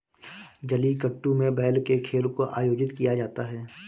जलीकट्टू में बैल के खेल को आयोजित किया जाता है